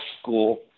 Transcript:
school